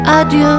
Adieu